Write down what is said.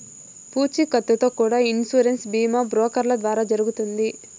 పూచీకత్తుతో కూడా ఇన్సూరెన్స్ బీమా బ్రోకర్ల ద్వారా జరుగుతుంది